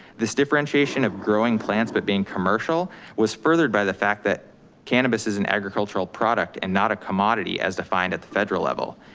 this differentiation of growing plants but being commercial was furthered by the fact that cannabis is an agricultural product and not a commodity as defined at the federal level.